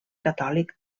catòlic